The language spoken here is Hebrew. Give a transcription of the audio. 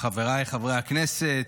חבריי חברי הכנסת,